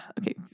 Okay